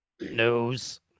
News